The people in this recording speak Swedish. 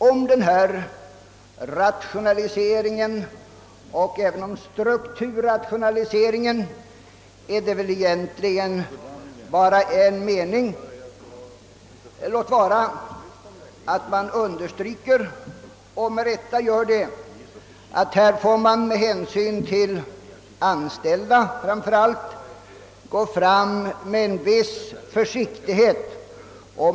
Om denna rationalisering liksom om strukturrationaliseringen finns egentligen bara en mening, låt vara att man med rätta understryker vikten av att man här med hänsyn till framför allt de anställda går fram med en viss försiktighet.